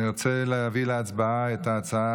אני רוצה להביא להצבעה להעביר את ההצעה